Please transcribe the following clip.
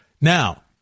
Now